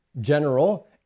general